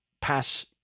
pass